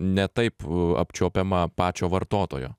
ne taip apčiuopiama pačio vartotojo